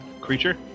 creature